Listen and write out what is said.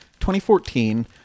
2014